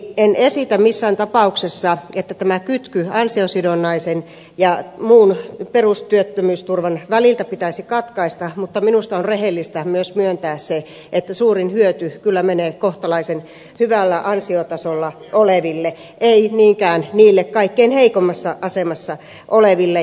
en esitä missään tapauksessa että tämä kytky ansiosidonnaisen ja muun perustyöttömyysturvan väliltä pitäisi katkaista mutta minusta on rehellistä myös myöntää se että suurin hyöty kyllä menee kohtalaisen hyvällä ansiotasolla oleville ei niinkään niille kaikkein heikoimmassa asemassa oleville